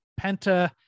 Penta